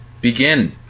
begin